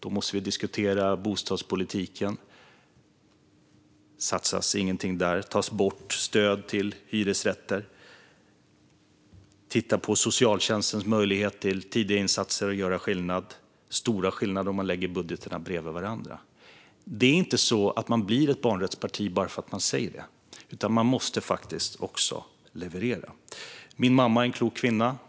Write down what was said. Då måste vi diskutera bostadspolitiken. Det satsas ingenting där. Stöd till hyresrätter tas bort. Om man tittar på socialtjänstens möjligheter att göra tidiga insatser och göra skillnad är det stora skillnader om man lägger budgetarna bredvid varandra. Det är inte så att man blir ett barnrättsparti bara för att man säger det, utan man måste faktiskt också leverera. Min mamma är en klok kvinna.